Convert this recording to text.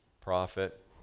prophet